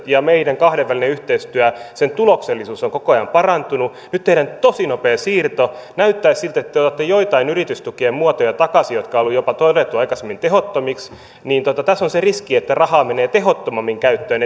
ja meidän kahdenvälisen yhteistyön tuloksellisuus on koko ajan parantunut nyt tehdään tosi nopea siirto näyttäisi siltä että te otatte joitain yritystukien muotoja takaisin jotka on jopa todettu aikaisemmin tehottomiksi ja tässä on se riski että rahaa menee tehottomammin käyttöön